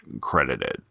credited